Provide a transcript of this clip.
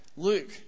Luke